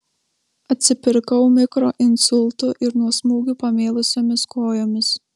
atsipirkau mikroinsultu ir nuo smūgių pamėlusiomis kojomis